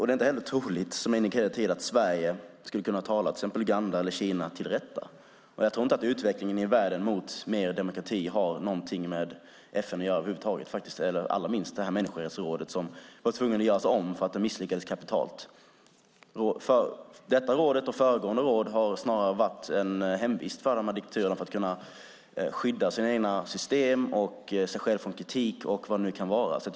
Det är inte heller troligt, som jag indikerade tidigare, att Sverige skulle kunna tala till exempel Kina eller Uganda till rätta. Jag tror inte att utvecklingen i världen mot mer demokrati har någonting med FN att göra över huvud taget, allra minst med det här människorättsrådet som man var tvungen att göra om därför att det misslyckades kapitalt. Detta råd och föregående råd har snarare varit en hemvist för diktaturerna för att skydda sina egna system och sig själva från kritik, eller vad det nu kan vara.